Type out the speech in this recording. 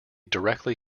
directly